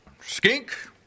Skink